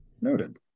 Noted